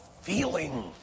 feeling